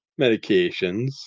medications